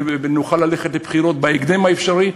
ונוכל ללכת לבחירות בהקדם האפשרי.